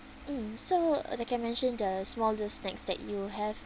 mm so like I mention the small the snacks that you have